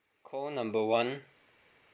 call number one